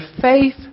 faith